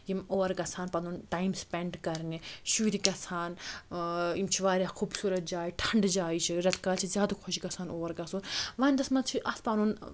یِم اور گَژھان پَنُن ٹایِم سپٮ۪نٛڈ کَرنہِ شُرۍ گَژھان یِم چھِ واریاہ خوٗبصوٗرت جاے ٹھَنڈٕ جایہِ چھِ رٮ۪تہٕ کالہِ چھِ زیادٕ خۄش گَژھان اور گَژھُن وَندَس منٛز چھِ اَتھ پَنُن